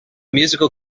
musical